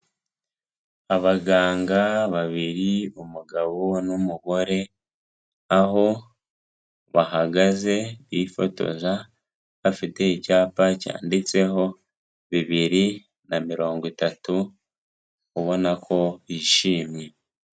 Abaganga babiri umugabo n'umugore; aho bahagaze bifotoza bafite icyapa cyanditseho bibiri na mirongo itatu; ubona ko bishimye.